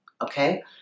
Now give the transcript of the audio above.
okay